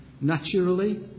naturally